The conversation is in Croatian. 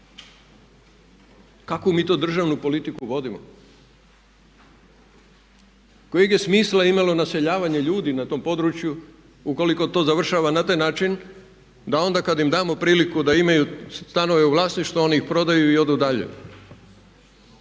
Kakvu mi to državnu politiku vodimo? Kojeg je smisla imalo naseljavanje ljudi na tom području ukoliko to završava na taj način da onda kad im damo priliku da imaju stanove u vlasništvu a oni ih prodaju i odu dalje.